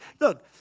Look